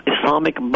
Islamic